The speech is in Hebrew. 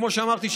כמו שאמרתי,